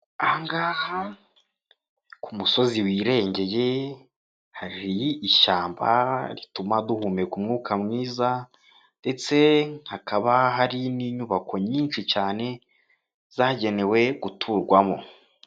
Aha ngaha ku musozi wirengeye, hari ishyamba rituma duhumeka umwuka mwiza ndetse hakaba hari n'inyubako nyinshi cyane zagenewe guturwamo.